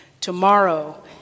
Tomorrow